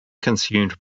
consumed